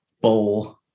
bowl